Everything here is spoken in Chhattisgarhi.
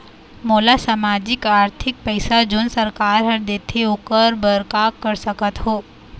मोला सामाजिक आरथिक पैसा जोन सरकार हर देथे ओकर बर का कर सकत हो?